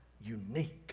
unique